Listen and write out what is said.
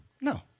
No